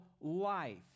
life